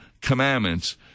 commandments